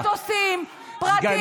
חוכר מטוסים פרטיים.